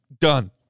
done